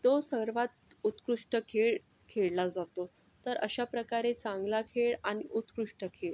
तो सर्वात उत्कृष्ट खेळ खेळला जातो तर अशा प्रकारे चांगला खेळ आणि उत्कृष्ट खेळ